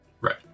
Right